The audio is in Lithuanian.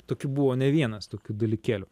toki buvo ne vienas tokių dalykėlių